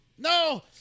No